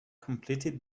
completed